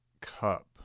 Cup